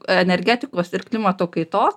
energetikos ir klimato kaitos